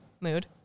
Mood